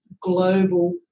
global